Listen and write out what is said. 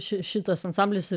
šituos ansamblis